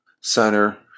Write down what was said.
center